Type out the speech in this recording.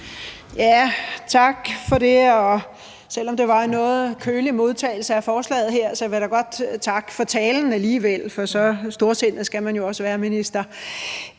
Tak for det, og selv om det var en noget kølig modtagelse af forslaget her, vil jeg da godt takke for talen alligevel, for så storsindet skal man jo også være, minister.